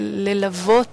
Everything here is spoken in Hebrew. ללוות